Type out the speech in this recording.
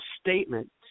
statement